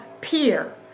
peer